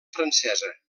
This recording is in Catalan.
francesa